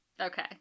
Okay